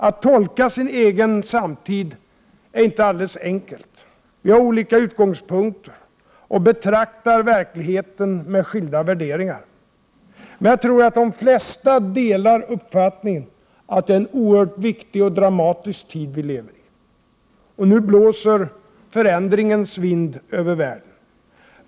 Att tolka sin egen samtid är inte alldeles enkelt. Vi har olika utgångspunkter och betraktar verkligheten med skilda värderingar. Jag tror dock att de flesta delar uppfattningen att det är en oerhört viktig och dramatisk tid som vi lever i. Nu blåser förändringens vind över världen.